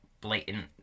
blatant